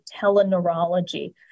teleneurology